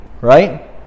Right